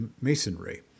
masonry